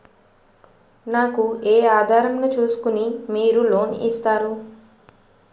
నాకు ఏ ఆధారం ను చూస్కుని మీరు లోన్ ఇస్తారు?